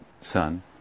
son